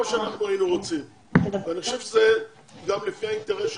זה מה שאנחנו היינו רוצים ואני חושב שזה גם לפי האינטרס שלכם,